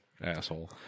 Asshole